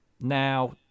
Now